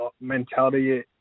mentality